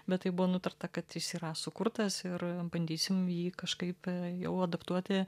bet tai buvo nutarta kad jis yra sukurtas ir bandysim jį kažkaip jau adaptuoti